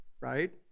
right